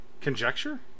Conjecture